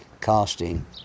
casting